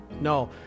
No